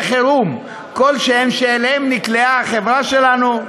חירום כלשהם שאליהם נקלעה החברה שלנו,